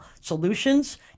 solutions